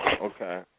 Okay